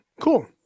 Cool